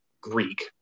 Greek